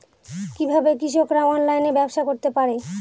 কিভাবে কৃষকরা অনলাইনে ব্যবসা করতে পারে?